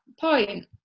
point